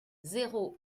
zéro